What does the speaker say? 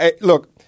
look